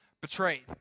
betrayed